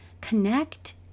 connect